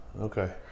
Okay